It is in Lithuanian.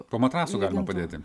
po matrasu galima padėti